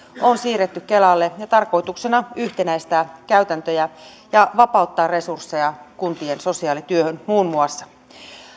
on siirretty kelalle tarkoituksena yhtenäistää käytäntöjä ja vapauttaa resursseja kuntien sosiaalityöhön muun muassa